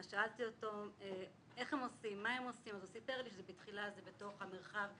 אז שאלתי אותו מה הם עושים והוא סיפר לי שבתחילה זה בתוך המרחב הפנימי,